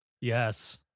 Yes